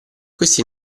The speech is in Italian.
questi